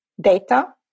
data